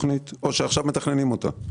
או שעכשיו מתכננים אותה?